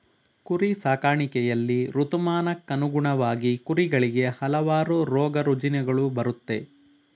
ಕುರಿ ಸಾಕಾಣಿಕೆಯಲ್ಲಿ ಋತುಮಾನಕ್ಕನುಗುಣವಾಗಿ ಕುರಿಗಳಿಗೆ ಹಲವಾರು ರೋಗರುಜಿನಗಳು ಬರುತ್ತೆ